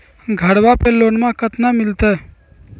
घरबा पे लोनमा कतना मिलते?